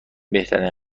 بهترین